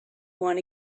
want